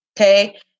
Okay